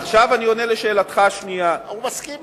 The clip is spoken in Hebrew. עכשיו אני עונה על שאלתך השנייה, הנה,